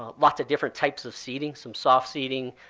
ah lots of different types of seating, some soft seating.